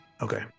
okay